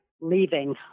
leaving